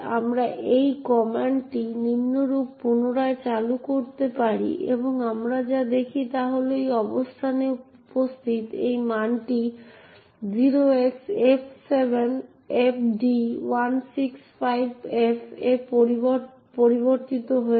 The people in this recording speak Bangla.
আমরা এই একই কমান্ডটি নিম্নরূপ পুনরায় চালু করতে পারি এবং আমরা যা দেখি তা হল এই অবস্থানে উপস্থিত এই মানটি 0xF7FD165F এ পরিবর্তিত হয়েছে